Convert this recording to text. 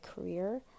career